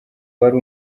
wari